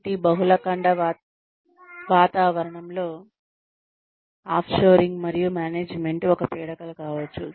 కాబట్టి బహుళ ఖండ వాతావరణంలో ఆఫ్ షోరింగ్ మరియు మేనేజ్మెంట్ ఒక పీడకల కావచ్చు